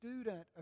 student